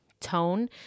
tone